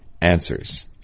answers